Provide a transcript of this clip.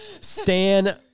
Stan